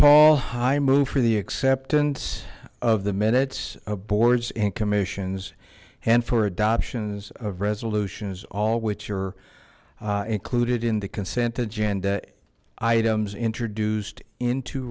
paul i move for the acceptance of the minutes of boards and commissions and for adoptions of resolutions all which are included in the consent agenda items introduced into